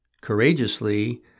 courageously